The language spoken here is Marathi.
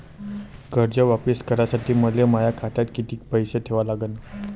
कर्ज वापिस करासाठी मले माया खात्यात कितीक पैसे ठेवा लागन?